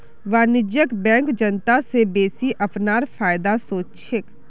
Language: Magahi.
वाणिज्यिक बैंक जनता स बेसि अपनार फायदार सोच छेक